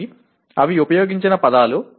కాబట్టి అవి ఉపయోగించిన పదాలు